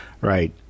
right